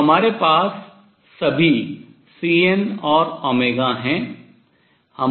तो हमारे पास सभी Cn और हैं